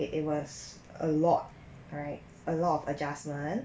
it was a lot right a lot of adjustment